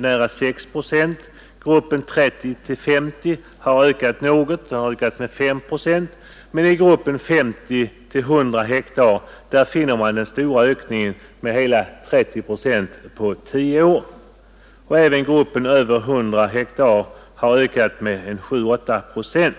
nära 6 procent och gruppen 30—50 hektar har ökat något eller med 5 procent. Först i gruppen 50—100 hektar finner man den stora ökningen med hela 30 procent på tio år. Gruppen över 100 hektar har ökat med 7—8 procent.